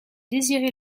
désirez